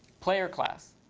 player class.